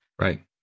right